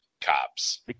cops